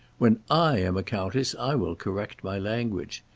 when i am a countess i will correct my language.